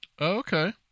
okay